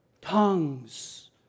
Tongues